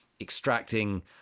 extracting